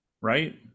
Right